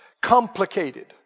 complicated